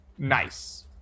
nice